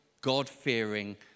God-fearing